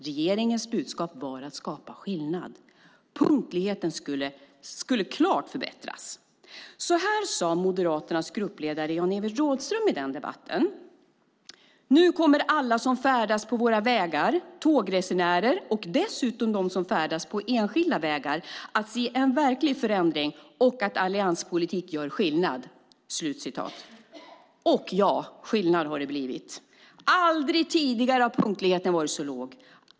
Regeringens budskap var att man skulle skapa skillnad. Punktligheten skulle klart förbättras. Så här sade Moderaternas gruppledare Jan-Evert Rådhström i den debatten: "Nu kommer alla som färdas på våra vägar, tågresenärer och dessutom de som färdas på enskilda vägar att se en verklig förändring och att allianspolitik gör skillnad." Ja, skillnad har det blivit. Aldrig tidigare har punktligheten varit så låg.